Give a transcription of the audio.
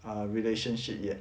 err relationship yet